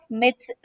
myths